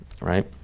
right